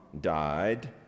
died